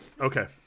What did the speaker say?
Okay